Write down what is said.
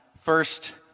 first